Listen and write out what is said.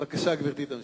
בבקשה, גברתי תמשיך.